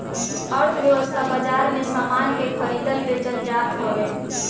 अर्थव्यवस्था बाजार में सामान के खरीदल बेचल जात हवे